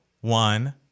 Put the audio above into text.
one